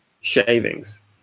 shavings